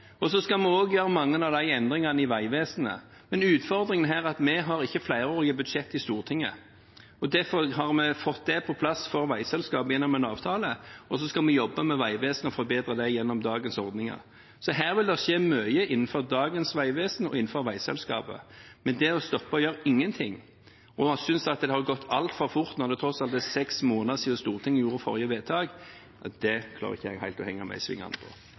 gjennomføringen. Så skal vi også gjøre mange av de endringene i Vegvesenet, men utfordringen her at vi ikke har flerårige budsjetter i Stortinget. Derfor har vi fått det på plass for veiselskapet gjennom en avtale, og så skal vi jobbe med Vegvesenet og forbedre dem gjennom dagens ordninger. Så her vil det skje mye, innenfor dagens Statens vegvesen og innenfor veiselskapet. Men når det gjelder det å stoppe og gjøre ingenting og synes at det har gått altfor fort, når det tross alt er seks måneder siden Stortinget gjorde forrige vedtak, klarer ikke jeg helt å henge